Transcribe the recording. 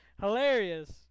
Hilarious